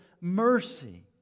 mercy